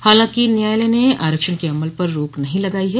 हालांकि न्यायालय ने आरक्षण के अमल पर रोक नहीं लगाई है